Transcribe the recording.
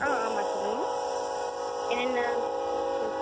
ஆ ஆமாம் சொல்லுங்கள் என்னென்ன ஐயிட்டம்ஸ்